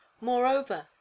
Moreover